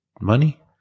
money